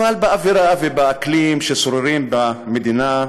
אבל באווירה ובאקלים ששוררים במדינה,